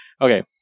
Okay